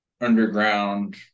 underground